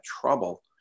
trouble